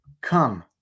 come